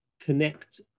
connect